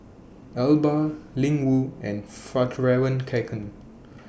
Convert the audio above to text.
Alba Ling Wu and Fjallraven Kanken